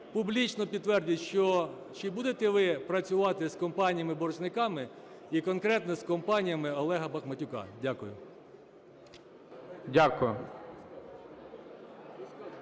публічно підтвердіть, чи будете ви працювати із компаніями-боржниками і конкретно з компаніями Олега Бахматюка? Дякую.